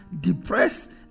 depressed